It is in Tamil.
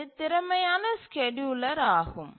இது திறமையான ஸ்கேட்யூலர் ஆகும்